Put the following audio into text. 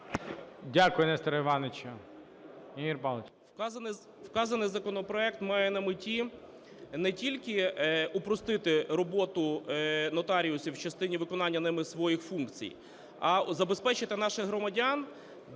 Дякую, Несторе Івановичу.